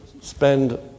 spend